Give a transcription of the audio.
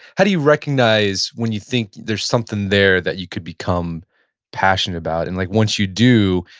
how do you recognize when you think there's something there that you could become passionate about? and like once you do,